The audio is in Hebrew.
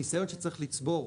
ניסיון שצריך לצבור,